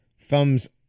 thumbs